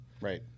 Right